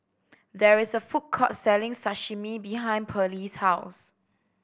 there is a food court selling Sashimi behind Pearley's house